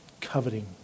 Coveting